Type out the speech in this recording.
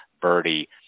birdie